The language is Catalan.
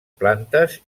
plantes